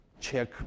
check